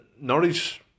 Norwich